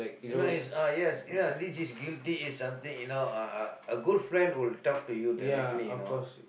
you know is uh yes ya this is guilty is something you know uh a a good friend will talk to you directly you know